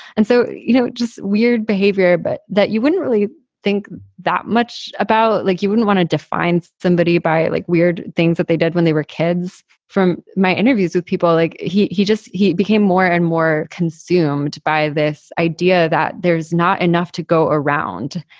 and so, you know, just weird behavior, but that you wouldn't really think that much about like you wouldn't want to define somebody by, by, like, weird things that they did when they were kids. from my interviews with people, like, he he just became more and more consumed by this idea that there's not enough to go around.